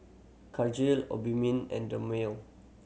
Cartigain Obimin and Dermale